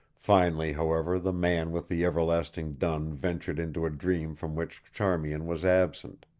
finally, however, the man with the everlasting dun ventured into a dream from which charmian was absent.